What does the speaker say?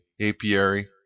apiary